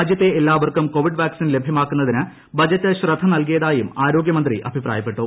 രാജ്യത്തെ എല്ലാവർക്കു് Covid vaccine ലഭ്യമാക്കുന്നിന് ബജറ്റ് ശ്രദ്ധ നൽകിയതായും ആരോഗ്യമന്ത്രി അഭിപ്രായപ്പെട്ടു